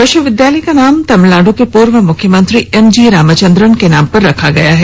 विश्वविद्यालय का नाम तमिलनाड के पूर्व मुख्यमंत्री एमजी रामचनद्रन के नाम पर रखा गया है